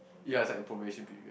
ya it's like a probation period